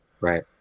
Right